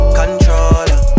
controller